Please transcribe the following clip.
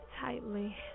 tightly